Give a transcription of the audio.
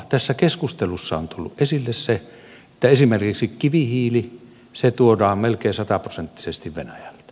tässä keskustelussa on tullut esille se että esimerkiksi kivihiili tuodaan melkein sataprosenttisesti venäjältä